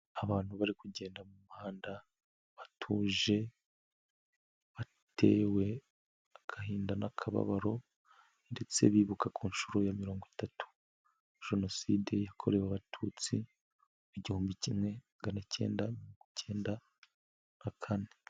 Abantu bari kugenda mu muhanda batuje, batewe agahinda n'akababaro, ndetse bibuka ku nshuro ya mirongo itatu Jenoside yakorewe Abatutsi mu igihumbi kimwe magana acyenda na mirongo icyenda na kane.